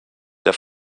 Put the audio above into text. der